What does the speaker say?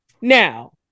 Now